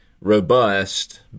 robust